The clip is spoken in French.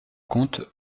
compte